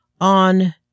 on